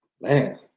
Man